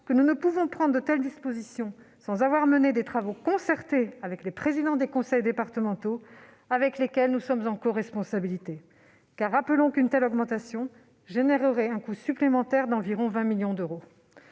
que nous ne pouvons pas prendre de telles dispositions sans avoir mené de travaux concertés avec les présidents des conseils départementaux, avec lesquels nous sommes en coresponsabilité. Car rappelons qu'une telle augmentation correspondrait à un coût supplémentaire de 20 millions d'euros.